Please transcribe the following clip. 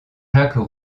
jacques